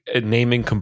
naming